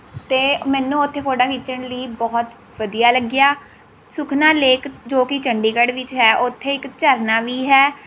ਅਤੇ ਮੈਨੂੰ ਉੱਥੇ ਫੋਟੋਆਂ ਖਿੱਚਣ ਲਈ ਬਹੁਤ ਵਧੀਆ ਲੱਗਿਆ ਸੁਖਨਾ ਲੇਕ ਜੋ ਕਿ ਚੰਡੀਗੜ੍ਹ ਵਿੱਚ ਹੈ ਉੱਥੇ ਇੱਕ ਝਰਨਾ ਵੀ ਹੈ